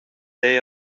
day